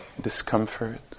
discomfort